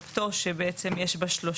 שוב מ-